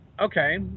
okay